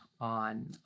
on